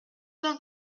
cent